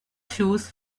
shoes